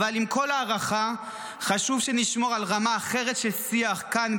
אבל עם כל ההערכה חשוב שנשמור על רמה אחרת של שיח כאן,